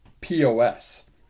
pos